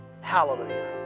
Hallelujah